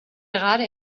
gerade